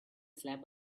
slap